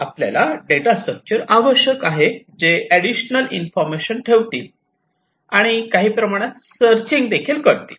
आपल्याला data structure आवश्यक आहे जे काही एडिशनल इन्फॉर्मेशन ठेवतील आणि काही प्रमाणात सर्चींग करतील